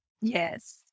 Yes